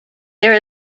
there